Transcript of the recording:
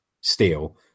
steel